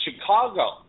Chicago